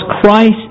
Christ